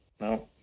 no